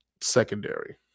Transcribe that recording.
Secondary